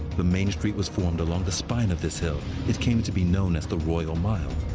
the main street was formed along the spine of this hill. it came to be known as the royal mile.